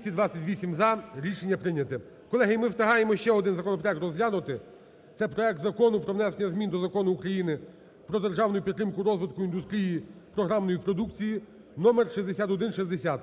За-228 Рішення прийнято. Колеги, ми встигаємо ще один законопроект розглянути, це проект Закону про внесення змін до Закону України "Про державну підтримку розвитку індустрії програмної продукції" (номер 6160).